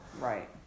Right